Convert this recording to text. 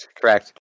correct